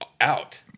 out